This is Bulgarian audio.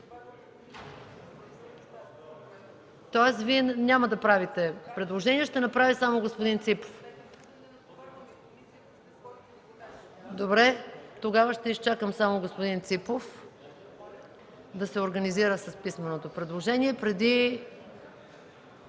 Тоест, Вие няма да правите предложение? Ще направи само господин Ципов? Добре. Тогава ще изчакам само господин Ципов да се организира за писменото предложение.